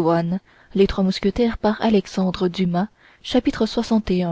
béthune chapitre lxi